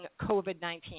COVID-19